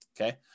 okay